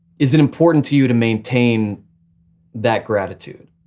is it important to you to maintain that gratitude?